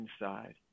inside